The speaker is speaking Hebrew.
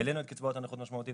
העלינו את קצבאות הנכות משמעותית,